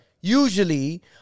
usually